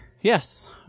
Yes